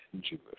Jewish